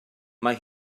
mae